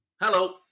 Hello